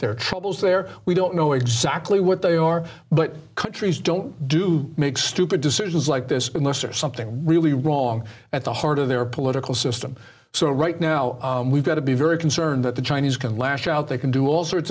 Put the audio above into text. their troubles there we don't know exactly what they are but countries don't do make stupid decisions like this unless or something really wrong at the heart of their political system so right now we've got to be very concerned that the chinese can lash out they can do all sorts